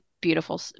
beautiful